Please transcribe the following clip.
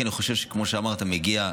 כי אני חושב, כמו שאמרת, שמגיע,